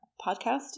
podcast